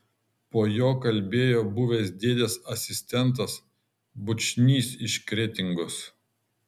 po jo kalbėjo buvęs dėdės asistentas bučnys iš kretingos